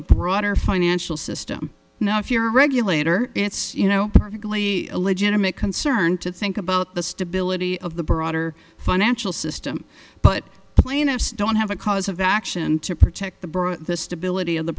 the broader financial system no if you're a regulator it's you know perfectly legitimate concern to think about the stability of the broader financial system but plaintiffs don't have a cause of action to protect the broader the stability of the